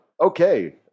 Okay